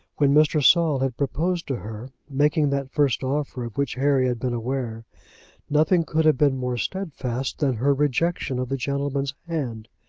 when mr. saul had proposed to her making that first offer of which harry had been aware nothing could have been more steadfast than her rejection of the gentleman's hand.